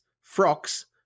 frocks